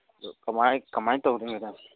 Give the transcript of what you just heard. ꯑꯗꯨ ꯀꯃꯥꯏꯅ ꯀꯃꯥꯏꯅ ꯇꯧꯗꯣꯏꯅꯣ ꯃꯦꯗꯥꯝ